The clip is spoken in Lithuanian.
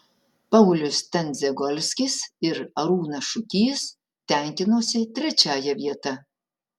paulius tendzegolskis ir arūnas šukys tenkinosi trečiąja vieta